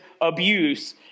abuse